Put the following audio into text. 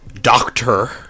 doctor